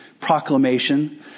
proclamation